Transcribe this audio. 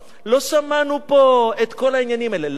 לא שמענו פה את כל העניינים האלה, למה?